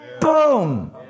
Boom